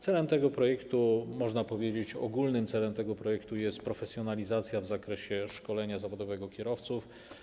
Celem tego projektu, można powiedzieć, ogólnym celem tego projektu jest profesjonalizacja w zakresie szkolenia zawodowego kierowców.